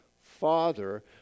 Father